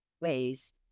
ways